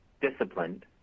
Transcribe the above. disciplined